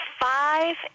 five